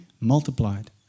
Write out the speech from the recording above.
multiplied